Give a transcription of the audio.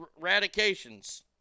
eradications